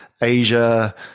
asia